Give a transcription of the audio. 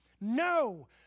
no